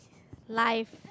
life